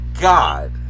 God